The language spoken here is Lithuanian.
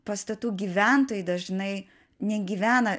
pastatų gyventojai dažnai negyvena